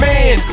Man